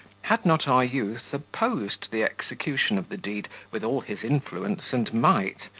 had not our youth opposed the execution of the deed with all his influence and might,